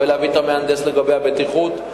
ולהביא את המהנדס לגבי הבטיחות,